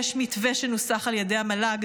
נכון, יש מתווה שנוסח על ידי המל"ג.